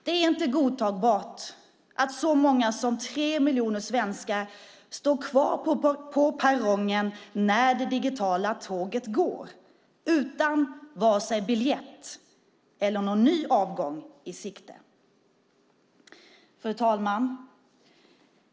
Det är inte godtagbart att så många som tre miljoner svenskar står kvar på perrongen när det digitala tåget går, utan vare sig biljett eller någon ny avgång i sikte. Fru talman!